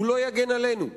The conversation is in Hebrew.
הוא לא יגן עלינו.